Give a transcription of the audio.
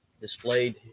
displayed